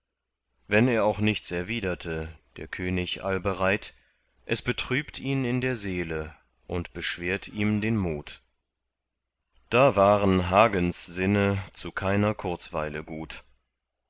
wenn er auch nichts erwiderte der könig allbereit es betrübt ihn in der seele und beschwert ihm den mut da waren hagens sinne zu keiner kurzweile gut